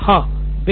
नितिन कुरियन हाँ